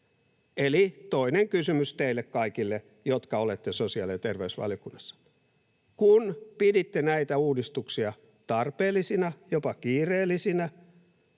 Eli toinen kysymys teille kaikille, jotka olette sosiaali- ja terveysvaliokunnassa: kun piditte näitä uudistuksia tarpeellisina, jopa kiireellisinä,